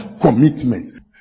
commitment